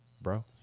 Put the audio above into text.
bro